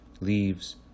leaves